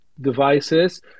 devices